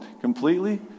completely